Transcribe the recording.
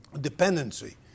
dependency